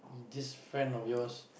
this friend of yours